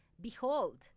behold